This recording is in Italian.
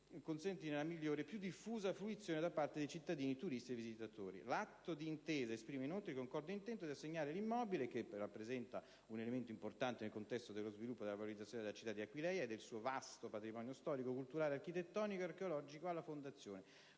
per consentirne la migliore e più diffusa fruizione da parte dei cittadini, turisti e visitatori. L'atto di intesa esprime inoltre il concorde intento di assegnare l'immobile, che rappresenta un elemento importante nel contesto dello sviluppo e della valorizzazione della città di Aquileia e del suo vasto patrimonio storico, culturale, architettonico ed archeologico, alla Fondazione;